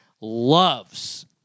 loves